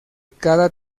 cada